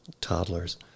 toddlers